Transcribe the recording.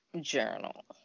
journal